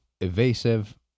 evasive